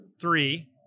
three